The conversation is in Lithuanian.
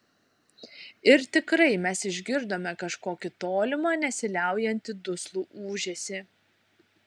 ir tikrai mes išgirdome kažkokį tolimą nesiliaujantį duslų ūžesį